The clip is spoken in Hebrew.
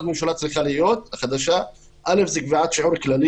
החדשה של הממשלה צריכה להיות: (א) קביעת שיעור כללי